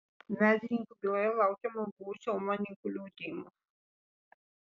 medininkų byloje laukiama buvusių omonininkų liudijimų